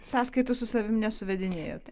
sąskaitų su savim nesuvedinėjat